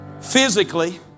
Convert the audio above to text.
physically